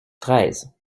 treize